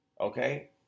Okay